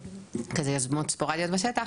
יוזמות ספורדיות בשטח,